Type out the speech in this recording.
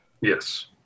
yes